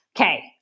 Okay